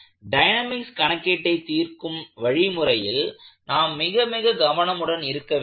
dynamics கணக்கீட்டை தீர்க்கும் வழி முறையில் நாம் மிக மிக கவனமுடன் இருக்க வேண்டும்